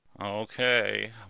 Okay